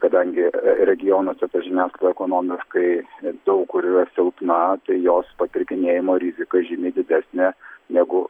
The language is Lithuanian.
kadangi regionuose ta žiniasklaida ekonomiškai daug kur yra silpna tai jos papirkinėjimo rizika žymiai didesnė negu